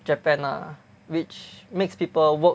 Japan lah which makes people work